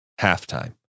halftime